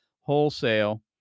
wholesale